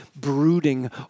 brooding